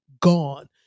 gone